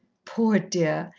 poor dear,